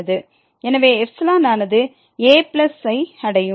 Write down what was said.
எனவே ξ ஆனது a ஐ அடையும்